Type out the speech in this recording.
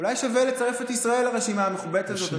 אולי שווה לצרף את ישראל לרשימה המכובדת הזאת.